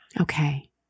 Okay